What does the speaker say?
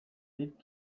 dit